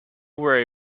were